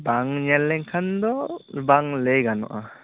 ᱵᱟᱝ ᱧᱮᱞ ᱞᱮᱱ ᱠᱷᱟᱱᱫᱚ ᱵᱟᱝ ᱞᱟ ᱭ ᱜᱟᱱᱚᱜ ᱟ